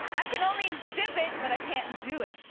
i can only dip it, but i can't do it.